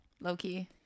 Low-key